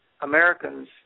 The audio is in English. Americans